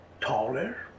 taller